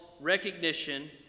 recognition